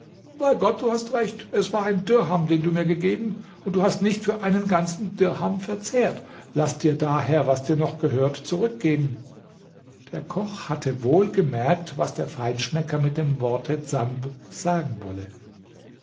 bei gott du hast recht es war ein dirham den du mir gegeben und du hast nicht für einen ganzen dirham verzehrt laß dir daher was dir noch gehört zurückgeben der koch hatte wohl gemerkt was der feinschmecker mit dem worte dsanb sagen wolle